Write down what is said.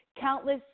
countless